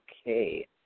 Okay